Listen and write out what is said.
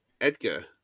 Edgar